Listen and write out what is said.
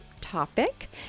topic